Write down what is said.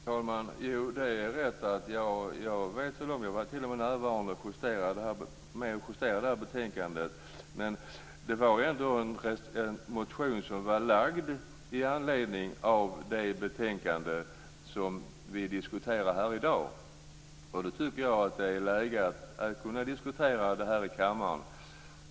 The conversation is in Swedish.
Fru talman! Det är rätt att jag vet om detta. Jag var t.o.m. närvarande och justerade detta betänkande. Men det var ändå en motion lagd i anledning av det betänkande som vi diskuterar här i dag. Då tycker jag att det är läge att diskutera det här i kammaren.